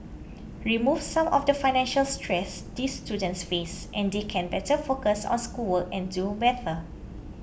remove some of the financial stress these students face and they can better focus on schoolwork and do better